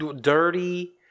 dirty